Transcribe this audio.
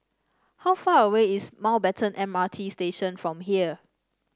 how far away is Mountbatten M R T Station from here